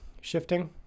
shifting